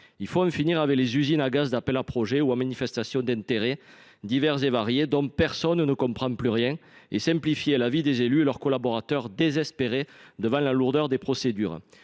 Il faut en finir avec les usines à gaz d’appel à projets ou à manifestation d’intérêt divers et variés, auxquels personne ne comprend plus rien, et simplifier la vie des élus et de leurs collaborateurs, désespérés devant la lourdeur des procédures.